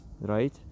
right